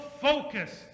focused